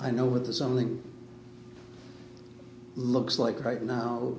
i know what the something looks like right now